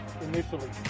initially